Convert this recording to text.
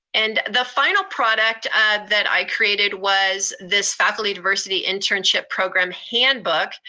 and the final product that i created was this faculty diversity internship program handbook.